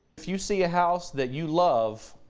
if you see a house that you love.